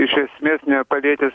iš esmės nepalietęs